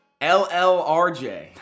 llrj